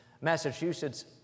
Massachusetts